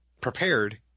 prepared